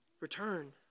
return